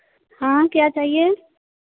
हाँ क्या चाहिए